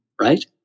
Right